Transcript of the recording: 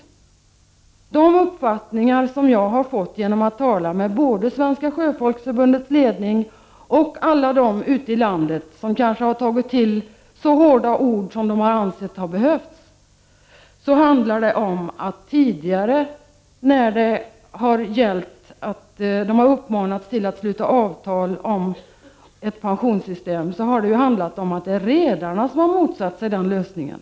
Enligt den uppfattning jag har fått genom att tala med både Svenska sjöfolksförbundets ledning och dem ute i landet som har tagit till så hårda ord som de ansett vara behövliga, så har det tidigare, när sjöfolket har uppmanats att sluta avtal om ett pensionssystem, varit redarna som har motsatt sig den lösningen.